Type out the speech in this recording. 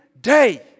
day